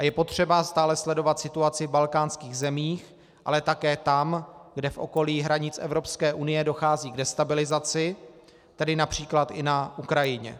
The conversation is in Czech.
Je potřeba stále sledovat situaci v balkánských zemích, ale také tam, kde v okolí hranic Evropské unie dochází k destabilizaci, tedy například i na Ukrajině.